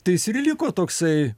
tai jis ir liko toksai